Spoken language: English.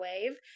wave